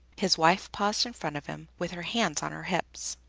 his wife paused in front of him with her hands on her hips.